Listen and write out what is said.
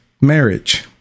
marriage